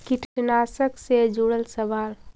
कीटनाशक से जुड़ल सवाल?